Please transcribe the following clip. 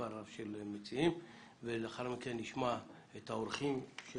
בתחילה את המציעים ואחר כך נשמע את האורחים.